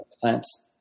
plants